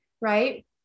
right